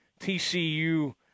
TCU